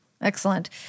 Excellent